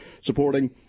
supporting